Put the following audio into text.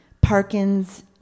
Parkins